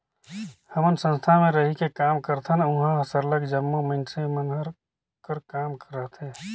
हमन संस्था में रहिके काम करथन उहाँ सरलग जम्मो मइनसे मन कर काम रहथे